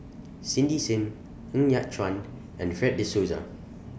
Cindy SIM Ng Yat Chuan and Fred De Souza